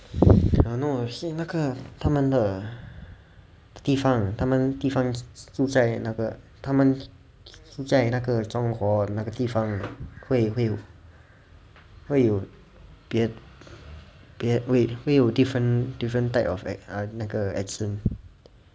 I don't know 是那个他们的地方他们地方住在那个他们住在那个中国的地方会会会有别别会有 different different type of err 那个 accent